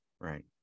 Right